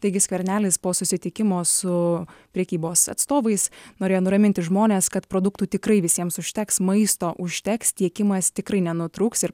taigi skvernelis po susitikimo su prekybos atstovais norėjo nuraminti žmones kad produktų tikrai visiems užteks maisto užteks tiekimas tikrai nenutrūks ir